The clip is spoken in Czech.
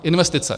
Investice.